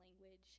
language